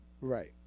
Right